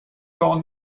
son